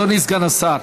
אדוני סגן שר,